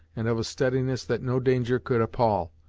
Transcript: and of a steadiness that no danger could appall,